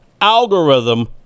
algorithm